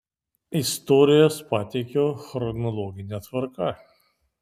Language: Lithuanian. istorijas pateikiau chronologine tvarka